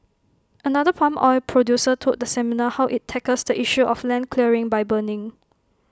another palm oil producer told the seminar how IT tackles the issue of land clearing by burning